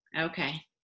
Okay